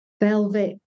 velvet